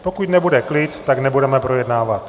Pokud nebude klid, tak nebudeme projednávat...